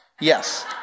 Yes